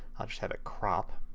i'll just have it crop.